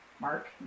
Mark